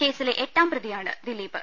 കേസിലെ എട്ടാം പ്രതിയാണ് ദിലീപ്